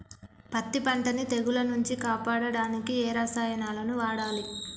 పత్తి పంటని తెగుల నుంచి కాపాడడానికి ఏ రసాయనాలను వాడాలి?